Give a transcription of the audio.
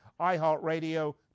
iHeartRadio